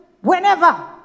whenever